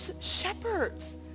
shepherds